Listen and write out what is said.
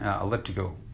elliptical